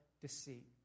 deceit